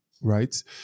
right